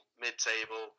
mid-table